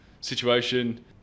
situation